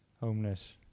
homeless